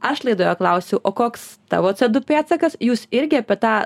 aš laidoje klausiu o koks tavo c du pėdsakas jūs irgi apie tą